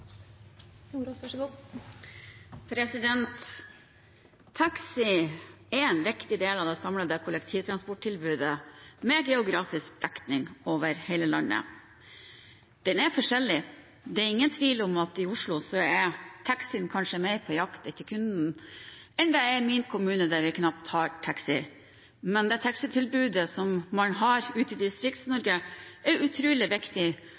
en viktig del av det samlede kollektivtransporttilbudet, med geografisk dekning over hele landet. Det er forskjeller – det er ingen tvil om at i Oslo er taxien kanskje mer på jakt etter kunden enn tilfellet er i min kommune, der vi knapt har taxi. Men det taxitilbudet som man har ute i Distrikts-Norge, er utrolig viktig